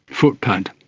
footpad.